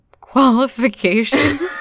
qualifications